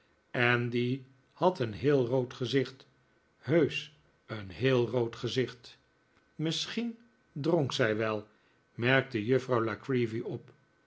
en die had een heel rood gezicht heusch een heel rood gezicht misschien dronk zij wel merkte juffrouw la creevy op